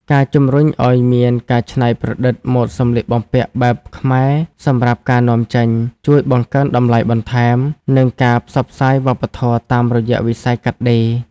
ការជំរុញឱ្យមានការច្នៃប្រឌិតម៉ូដសម្លៀកបំពាក់បែបខ្មែរសម្រាប់ការនាំចេញ ជួយបង្កើនតម្លៃបន្ថែម និងការផ្សព្វផ្សាយវប្បធម៌តាមរយៈវិស័យកាត់ដេរ។